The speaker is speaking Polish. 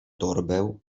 torbę